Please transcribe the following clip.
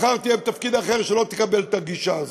מחר תהיה בתפקיד אחר ולא תקבל את הגישה הזאת,